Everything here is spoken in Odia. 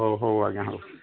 ହଉ ହଉ ଆଜ୍ଞା ହଉ